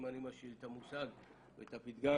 אם אני משאיל את המושג ואת הפתגם,